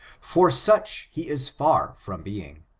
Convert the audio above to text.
for such he is far from being.